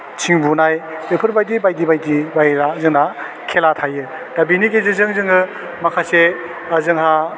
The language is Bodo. थिं बुंनाय बेफोरबायदि बायदि बायदि बायह्रा जोंना खेला थायो दा बेनि गेजेरजों जोङो माखासे जोंहा